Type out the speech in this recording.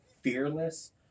fearless